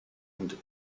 und